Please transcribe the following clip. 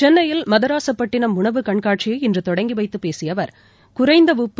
சென்னையில் மதராசபட்டிணம் உணவு கண்காட்சியை இன்றுதொடங்கிவைத்தபேசியஅவர் குறைந்தஉப்பு